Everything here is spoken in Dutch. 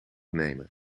nemen